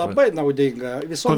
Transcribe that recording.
labai naudinga visom